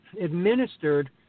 administered